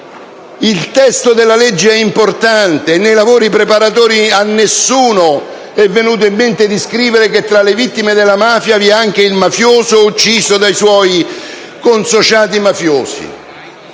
il testo della legge è importante e nei lavori preparatori a nessuno è venuto in mente di scrivere che tra le vittime della mafia vi è anche il mafioso ucciso dai suoi consociati mafiosi.